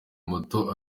moto